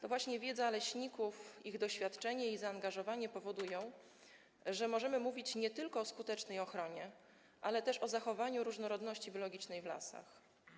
To właśnie wiedza leśników, ich doświadczenie i zaangażowanie powodują, że możemy mówić nie tylko o skutecznej ochronie, ale też o zachowaniu różnorodności biologicznej w lasach.